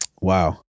Wow